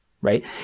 right